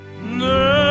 No